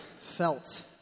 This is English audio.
felt